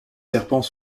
serpents